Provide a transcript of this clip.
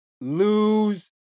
lose